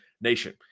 Nation